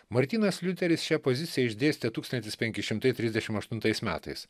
martynas liuteris šią poziciją išdėstė tūkstantis penki šimtai trisdešim aštuntais metais